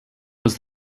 was